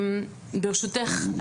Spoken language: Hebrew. ברשותך,